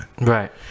Right